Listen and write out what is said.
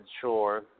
sure